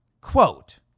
Quote